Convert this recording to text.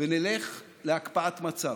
ונלך להקפאת מצב.